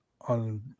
on